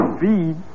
feed